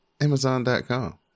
Amazon.com